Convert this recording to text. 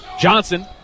Johnson